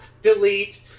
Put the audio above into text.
delete